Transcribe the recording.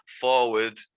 forward